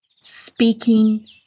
speaking